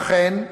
ואכן,